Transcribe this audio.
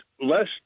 less